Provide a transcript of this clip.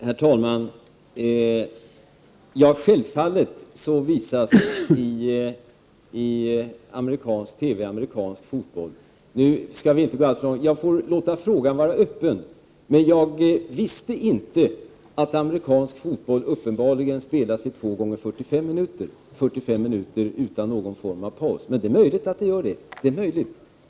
Herr talman! Självfallet visas amerikansk fotboll i amerikansk TV. Jag får låta frågan stå öppen, men jag visste inte att amerikansk fotboll uppenbarligen spelas i 2 X 45 minuter utan någon form av paus. Det är dock möjligt.